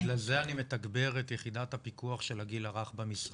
בגלל זה אני מתגבר את יחידת הפיקוח של הגיל הרך במשרד,